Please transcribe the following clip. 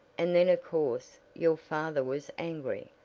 and then of course, your father was angry.